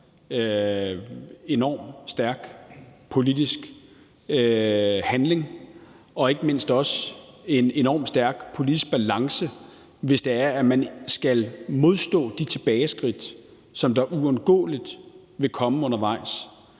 sig enormt stærk politisk handling og ikke mindst også en enormt stærk politisk balance, hvis man skal modstå de tilbageskridt, der uundgåeligt vil komme undervejs.